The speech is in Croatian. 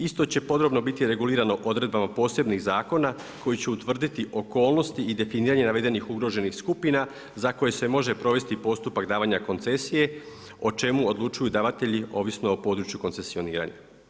Isto će podrobno biti regulirano odredbama posebnih zakona koji će utvrditi okolnosti i definiranje navedenih ugroženih skupina za koje se može provesti postupak davanja koncesije o čemu odlučuju davatelji ovisno o području koncesioniranja.